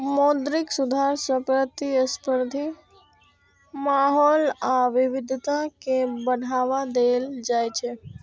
मौद्रिक सुधार सं प्रतिस्पर्धी माहौल आ विविधता कें बढ़ावा देल जाइ छै